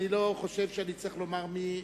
אני לא חושב שאני צריך לומר מי,